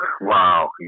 Wow